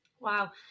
Wow